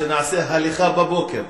שנעשה הליכה בבוקר.